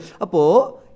Apo